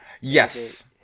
Yes